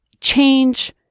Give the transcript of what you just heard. Change